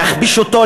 להכפיש אותו,